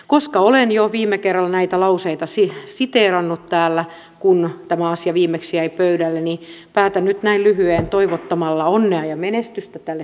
koska olen jo viime kerralla näitä lauseita siteerannut täällä kun tämä asia viimeksi jäi pöydälle niin päätän nyt näin lyhyeen toivottamalla onnea ja menestystä tälle työlle